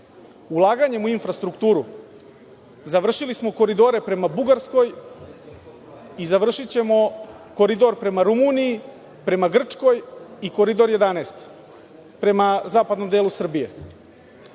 Ulaganjem u infrastrukturu završili smo Koridore prema Bugarskoj i završićemo Koridor prema Rumuniji, prema Grčkoj, i Koridor 11, prema zapadnom delu Srbije. Time